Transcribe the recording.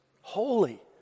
Holy